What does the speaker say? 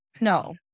no